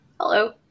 Hello